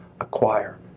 acquire